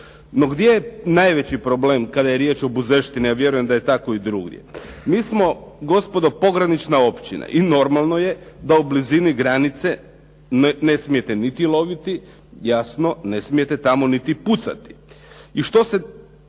No gdje je najveći problem kada je riječ o buzeštini, a vjerujem da je tako i drugdje. Mi smo gospodo pogranična općina i normalno je da u blizini granice ne smijete niti loviti, jasno ne smijete tamo niti pucati. I što se